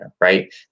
right